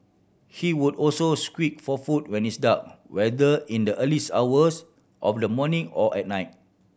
he would also squeak for food when it's dark whether in the early hours of the morning or at night